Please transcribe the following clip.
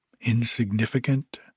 insignificant